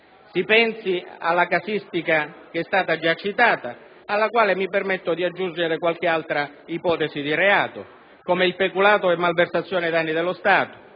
Si pensi alla casistica già citata, alla quale mi permetto di aggiungere qualche altra ipotesi di reato quali: il peculato e la malversazione ai danni dello Stato,